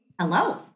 Hello